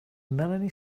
melanie